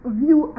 view